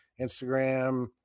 instagram